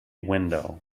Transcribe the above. window